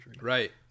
Right